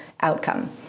outcome